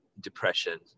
depression